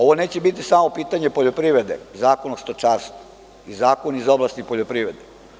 Ovo neće biti samo pitanje poljoprivrede, Zakon o stočarstvu i zakoni iz oblasti poljoprivrede.